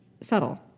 subtle